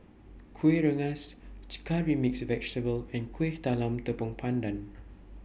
Kuih Rengas Curry Mixed Vegetable and Kuih Talam Tepong Pandan